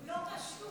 לא קשור.